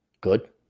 Good